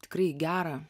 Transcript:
tikrai gerą